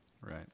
Right